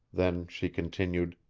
then she continued